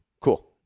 Cool